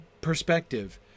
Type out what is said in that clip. perspective